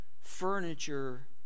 furniture